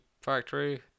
Factory